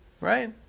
right